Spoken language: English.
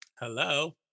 hello